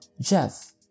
Jeff